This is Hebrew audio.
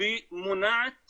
ומונעת